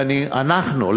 ואנחנו,